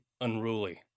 unruly